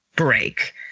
break